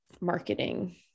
marketing